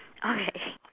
okay